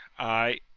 ay,